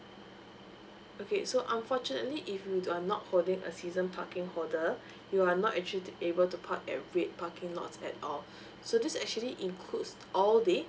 okay so unfortunately if you are not holding a season parking holder you are not actually able to park at red parking lots at all so this actually includes all day